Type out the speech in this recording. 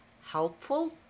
helpful